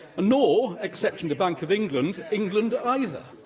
nor, except and the bank of england, england either.